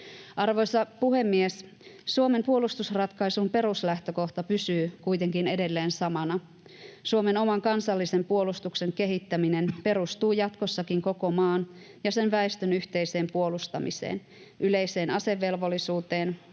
Arvoisa puhemies! Suomen puolustusratkaisun peruslähtökohta pysyy kuitenkin edelleen samana. Suomen oman kansallisen puolustuksen kehittäminen perustuu jatkossakin koko maan ja sen väestön yhteiseen puolustamiseen, yleiseen asevelvollisuuteen,